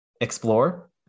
explore